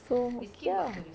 so okay ah